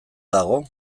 dago